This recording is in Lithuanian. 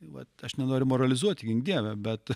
vat aš nenoriu moralizuoti gink dieve bet